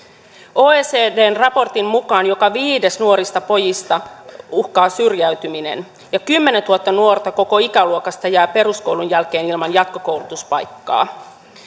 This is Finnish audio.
oecdn raportin mukaan joka viidettä nuorista pojista uhkaa syrjäytyminen ja kymmenentuhatta nuorta koko ikäluokasta jää peruskoulun jälkeen ilman jatkokoulutuspaikkaa